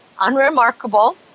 unremarkable